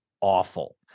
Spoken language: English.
awful